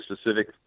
specific